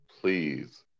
please